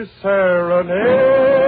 serenade